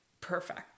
perfect